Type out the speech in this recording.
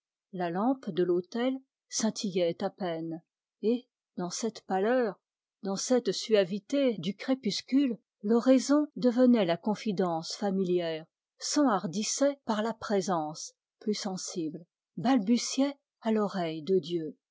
la lampe de l'autel scintillait à peine et dans la suavité du crépuscule l'oraison s'enhardissait par la présence plus sensible balbutiait à l'oreille de dieu